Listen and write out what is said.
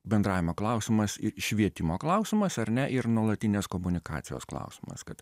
bendravimo klausimas ir švietimo klausimas ar ne ir nuolatinės komunikacijos klausimas kad